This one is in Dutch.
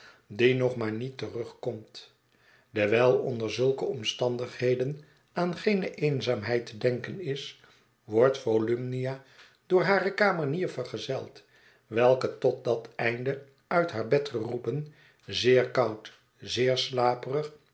die nog maar niet terugkomt dewijl onder zulke omstandigheden aan geene eenzaamheid te denken is wordt volumnia door hare kamenier vergezeld welke tot dat einde uit haar bed geroepen zeer koud zeer slaperig